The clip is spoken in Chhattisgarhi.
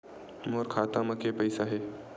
मोर खाता म के पईसा हे?